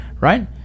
right